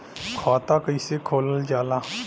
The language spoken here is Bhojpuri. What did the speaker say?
खाता कैसे खोलल जाला?